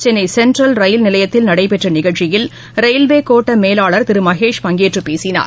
Chennai Central rail நிலையத்தில் நடைபெற்ற நிகழ்ச்சியில் ரயில்வே கோட்ட மேலாளர் திரு மகேஷ் பங்கேற்று பேசினார்